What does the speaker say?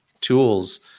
tools